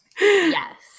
Yes